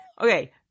okay